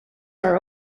are